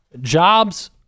Jobs